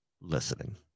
listening